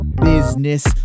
business